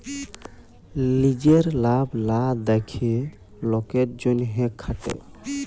লিজের লাভ লা দ্যাখে লকের জ্যনহে খাটে